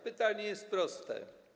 Pytanie jest proste.